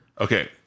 Okay